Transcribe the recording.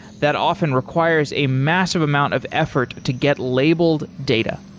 that often requires a massive amount of effort to get labeled data.